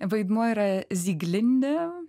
vaidmuo yra ziglinde